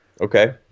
okay